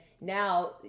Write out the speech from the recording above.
now